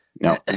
No